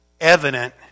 evident